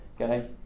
Okay